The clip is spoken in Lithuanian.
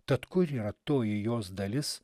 tad kur yra toji jos dalis